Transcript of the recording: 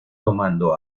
tomando